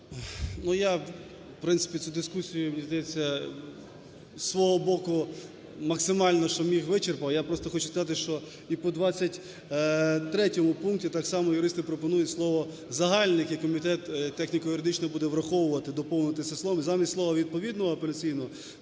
я в принципі цю дискусію, мені здається, зі свого боку максимально, що міг, вичерпав. Я просто хочу сказати, що і по 23 пункту так само юристи пропонують слово "загальних" і комітет техніко-юридично буде враховувати, доповнити це слово. Замість слова "відповідного апеляційного"